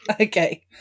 Okay